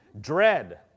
Dread